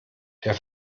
der